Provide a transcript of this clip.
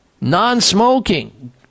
non-smoking